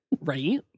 right